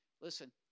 Listen